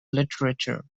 literature